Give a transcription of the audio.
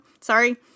sorry